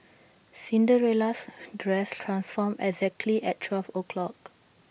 Cinderella's dress transformed exactly at twelve o'clock